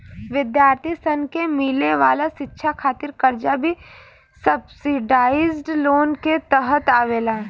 विद्यार्थी सन के मिले वाला शिक्षा खातिर कर्जा भी सब्सिडाइज्ड लोन के तहत आवेला